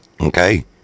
Okay